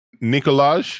nicolaj